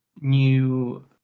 new